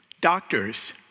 doctors